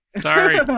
Sorry